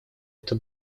это